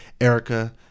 Erica